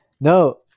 No